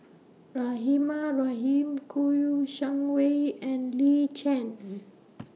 Rahimah Rahim Kouo Shang Wei and Lin Chen